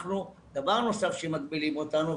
דבר נוסף שמגבילים אותנו,